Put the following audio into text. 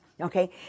okay